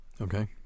Okay